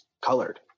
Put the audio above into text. colored